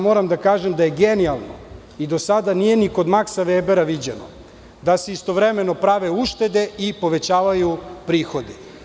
Moram da kažem da je genijalno i do sada nije ni kod Maksa Vebera viđeno da se istovremeno prave uštede i povećavaju prihodi.